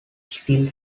still